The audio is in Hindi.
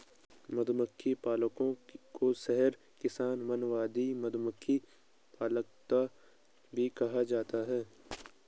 मधुमक्खी पालकों को शहद किसान, वानरवादी, मधुमक्खी पालनकर्ता भी कहा जाता है